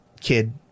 kid